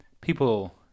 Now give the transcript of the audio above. people